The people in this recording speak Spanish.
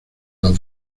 las